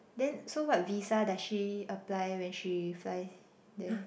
then so what visa does she apply when she fly there